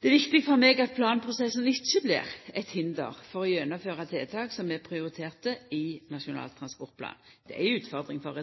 Det er viktig for meg at planprosessen ikkje blir eit hinder for å gjennomføra tiltak som er prioriterte i Nasjonal transportplan. Det er ei utfordring for